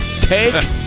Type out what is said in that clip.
Take